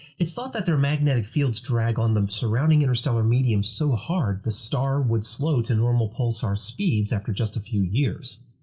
it's thought that their magnetic fields drag on the surrounding interstellar medium so hard, the star would slow to normal pulsar speeds after just a few years.